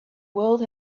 world